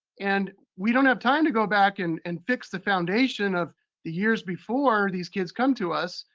and we don't have time to go back and and fix the foundation of the years before these kids come to us.